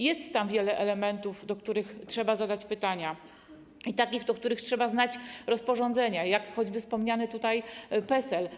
Jest tam wiele elementów, co do których trzeba zadać pytania, i takich, co do których trzeba znać rozporządzenia, jak choćby wspomniany tutaj PESEL.